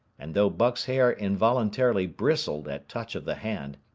and though buck's hair involuntarily bristled at touch of the hand,